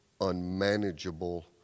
unmanageable